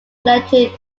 elected